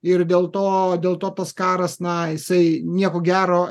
ir dėl to dėl to tas karas na jisai nieko gero